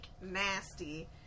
nasty